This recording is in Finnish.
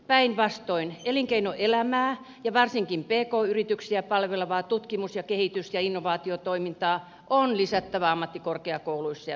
päinvastoin elinkeinoelämää ja varsinkin pk yrityksiä palvelevaa tutkimus kehitys ja innovaatiotoimintaa on lisättävä ammattikorkeakouluissa ja yliopistoissa